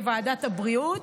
לוועדת הבריאות,